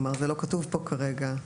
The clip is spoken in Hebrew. זה לא כתוב פה, כרגע.